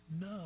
No